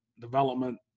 development